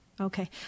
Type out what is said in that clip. Okay